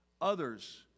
others